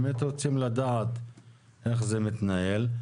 באמת רוצים לדעת איך זה מתנהל.